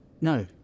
No